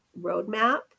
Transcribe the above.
roadmap